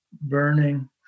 burning